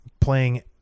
playing